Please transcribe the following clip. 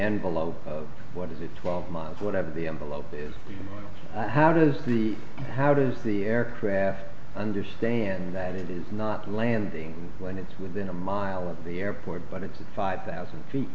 envelope of what is it twelve miles whatever the envelope is how does the how does the aircraft understand that it is not landing when it's within a mile of the airport but it's a five thousand feet